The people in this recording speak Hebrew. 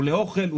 הוא לאוכל,